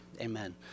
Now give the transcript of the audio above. Amen